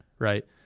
right